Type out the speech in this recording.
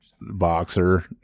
boxer